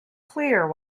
clear